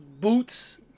boots